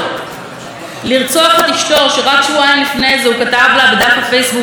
איך היא כל עולמו והעולם בלעדיה יחדל להתקיים,